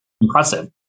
impressive